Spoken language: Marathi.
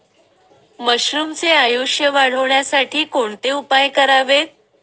मशरुमचे आयुष्य वाढवण्यासाठी कोणते उपाय करावेत?